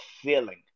feeling